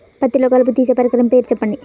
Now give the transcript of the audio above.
పత్తిలో కలుపు తీసే పరికరము పేరు చెప్పండి